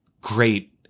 great